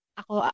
ako